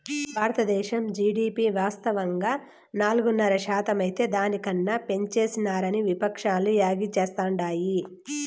బారద్దేశం జీడీపి వాస్తవంగా నాలుగున్నర శాతమైతే దాని కన్నా పెంచేసినారని విపక్షాలు యాగీ చేస్తాండాయి